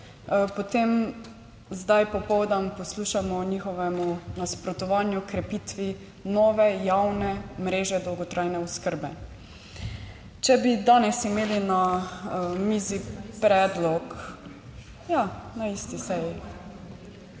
potem zdaj popoldan poslušamo njihovemu nasprotovanju krepitvi nove javne mreže dolgotrajne oskrbe. Če bi danes imeli na mizi predlog, ja, na isti seji.